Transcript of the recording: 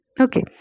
Okay